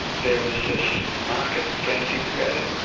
there was this market frenzy created.